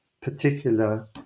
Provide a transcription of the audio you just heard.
particular